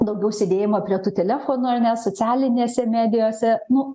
daugiau sėdėjimo prie tų telefonų ar ne socialinėse medijose nu